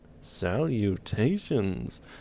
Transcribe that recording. Salutations